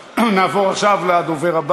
תודה רבה לחבר הכנסת אגבאריה.